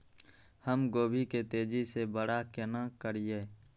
हम गोभी के तेजी से बड़ा केना करिए?